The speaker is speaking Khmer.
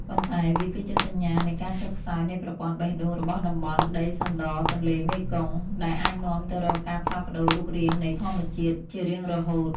ប៉ុន្តែវាគឺជាសញ្ញានៃការចុះខ្សោយនៃប្រព័ន្ធបេះដូងរបស់តំបន់ដីសណ្ដទន្លេមេគង្គ ដែលអាចនាំទៅរកការផ្លាស់ប្តូររូបរាងនៃធម្មជាតិជារៀងរហូត។